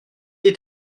est